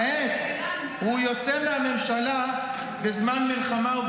כעת הוא יוצא מהממשלה בזמן מלחמה,